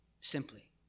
simply